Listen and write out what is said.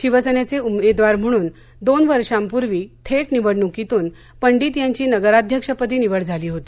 शिवसेनेचे उमेदवार म्हणून दोन वर्षांपूर्वी थेट निवडणूकीतून पंडित यांची नगराध्यक्षपदी निवड झाली होती